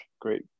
great